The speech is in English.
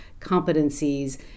competencies